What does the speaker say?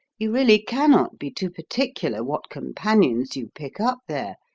you really cannot be too particular what companions you pick up there,